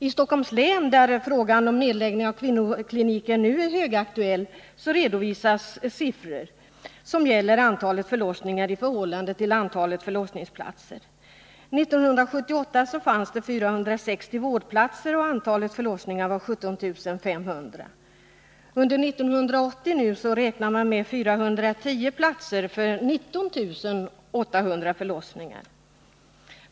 I Stockholms län, där frågan om nedläggning av kvinnoklinikerna är högaktuell, redovisas följande siffror som gäller antalet förlossningar i förhållande till antalet förlossningsplatser: 1978 fanns det 460 vårdplatser, och antalet förlossningar var 17 500. Under 1980 räknar vi med att det skall finnas 410 platser för 19 800 förlossningar.